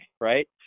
right